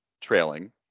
trailing